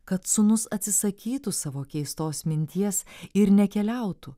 kad sūnus atsisakytų savo keistos minties ir nekeliautų